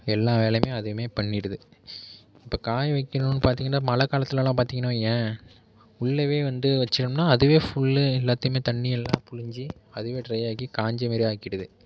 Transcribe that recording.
எல்லா வேலையுமே அதுமே பண்ணிவிடுது இப்போ காய வைக்கணுன்னு பார்த்திங்கன்னா மழை காலத்துலலாம் பார்த்திங்கன்னா வையேன் உள்ளவே வந்து வச்சோம்ன்னால் அதுவே ஃபுல்லு எல்லாத்தையுமே தண்ணியெல்லாம் புழிஞ்சு அதுவே ட்ரை ஆக்கி காஞ்ச மாரி ஆக்கிடுது